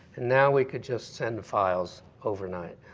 now we could just send files overnight.